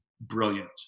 brilliant